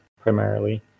primarily